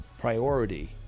priority